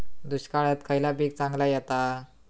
दुष्काळात खयला पीक चांगला येता?